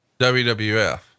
WWF